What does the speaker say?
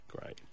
Great